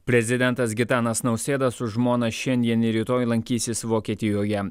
prezidentas gitanas nausėda su žmona šiandien ir rytoj lankysis vokietijoje